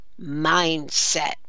mindset